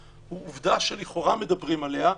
הוא עובדה שלכאורה מדברים עליה.